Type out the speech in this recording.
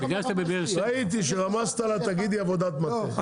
ראיתי שרמזת לה תגידי עבודת מטה.